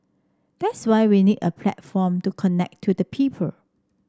that's why we need a platform to connect to the people